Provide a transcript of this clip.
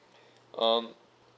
um